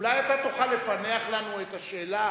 אולי אתה תוכל לפענח לנו את השאלה